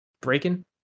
breaking